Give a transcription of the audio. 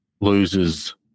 loses